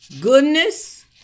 goodness